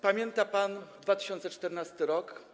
Pamięta pan 2014 r.